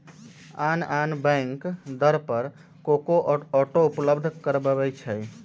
आन आन बैंक दर पर को को ऑटो उपलब्ध करबबै छईं